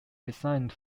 resigned